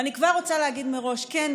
ואני כבר רוצה להגיד מראש: כן,